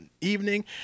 evening